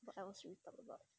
what else we need talk about